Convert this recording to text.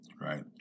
right